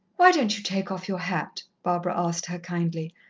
why don't you take off your hat? barbara asked her kindly.